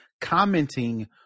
commenting